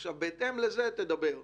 עכשיו בהתאם לזה תדבר.